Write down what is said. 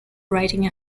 writing